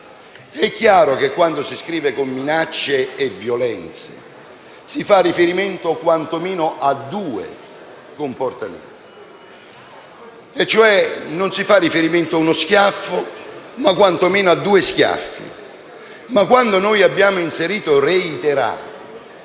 È chiaro che quando si scrive «con violenze o minacce» si fa riferimento quanto meno a due comportamenti, e cioè non si fa riferimento a uno schiaffo ma quanto meno a due schiaffi. Ma quando abbiamo inserito «reiterate»